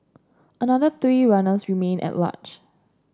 another three runners remain at large